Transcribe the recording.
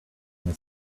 here